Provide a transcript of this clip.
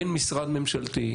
אין משרד ממשלתי,